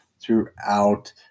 throughout